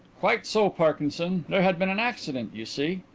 quite so, parkinson. there had been an accident, you see.